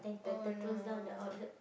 oh no